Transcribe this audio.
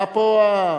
מה פה,